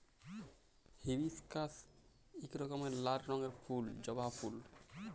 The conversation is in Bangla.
হিবিশকাস ইক রকমের লাল রঙের ফুল জবা ফুল